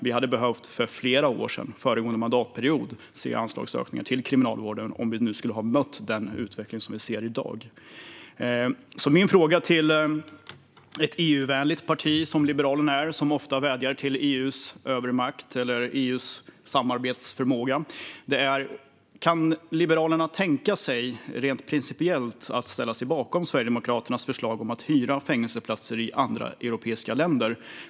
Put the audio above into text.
Vi hade för flera år sedan, föregående mandatperiod, behövt se anslagsökningar till Kriminalvården för att möta den utveckling vi ser i dag. Min fråga till ett EU-vänligt parti som Liberalerna, som ofta vädjar till EU:s övermakt eller EU:s samarbetsförmåga, är: Kan Liberalerna tänka sig, rent principiellt, att ställa sig bakom Sverigedemokraternas förslag om att hyra fängelseplatser i andra europeiska länder?